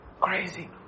Crazy